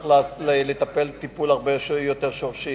צריך לטפל בה טיפול הרבה יותר שורשי,